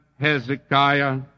Hezekiah